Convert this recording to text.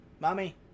Mommy